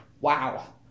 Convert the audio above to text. wow